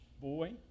boy